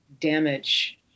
damage